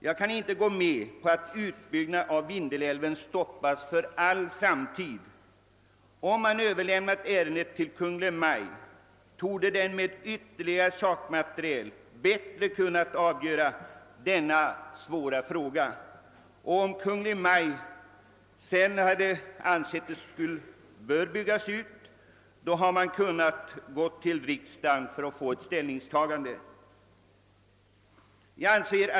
Jag kan inte gå med på att utbyggnad av Vindelälven hindras för all framtid. Om man Överlämnat ärendet till Kungl. Maj:t, torde regeringen med ytterligare sakmaterial bättre ha kunnat avgöra denna svåra fråga. Om Kungl. Maj:t sedan ansett att Vindelälven bör byggas ut, hade man kunnat gå till riksdagen för att få ett ställningstagande.